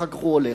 אחר כך הוא הולך.